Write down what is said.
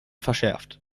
verschärft